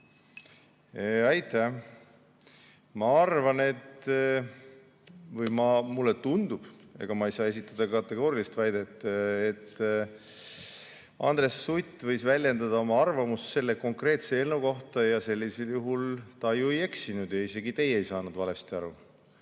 Aitäh! Ma arvan või mulle tundub – ega ma ei saa esitada kategoorilist väidet –, et Andres Sutt võis väljendada oma arvamust selle konkreetse eelnõu kohta ja sellisel juhul ta ju ei eksinud ja isegi teie ei saanud valesti aru.